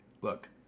Look